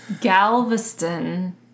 Galveston